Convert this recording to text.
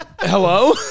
hello